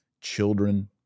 children